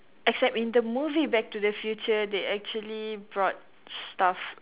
except in the movie back to the future they actually brought stuff